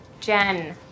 Jen